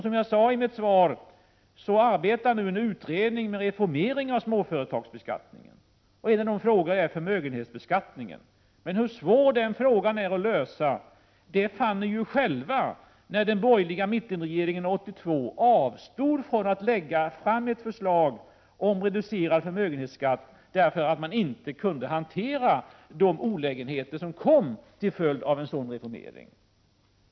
Som jag sade i mitt svar arbetar nu en utredning med en reformering av småföretagsbeskattning och även med förmögenhetsbeskattningen. Men hur svår den frågan är att lösa fann ni själva, när den borgerliga mittenregeringen 1982 avstod från att lägga fram ett förslag om reducering av förmögenhetsskatten, därför att man inte kunde hantera de olägenheter som blev följden av en sådan reformering.